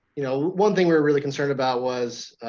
you know one thing we were really concerned about was,